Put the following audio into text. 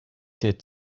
did